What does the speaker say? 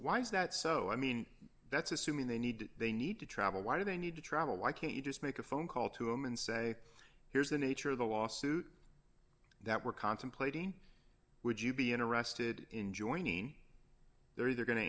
why is that so i mean that's assuming they need they need to travel why do they need to travel why can't you just make a phone call to him and say here's the nature of the lawsuit that we're contemplating would you be interested in joining they're going to